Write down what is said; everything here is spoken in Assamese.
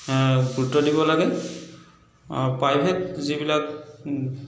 গুৰুত্ব দিব লাগে প্ৰাইভেট যিবিলাক